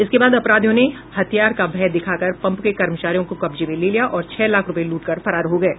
इसके बाद अपराधियों ने हथियार का भय दिखाकर पंप के कर्मचारियों को कब्जे में ले लिया और छह लाख रूपये लूटकर फरार हो गये